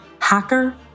Hacker